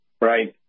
Right